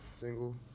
Single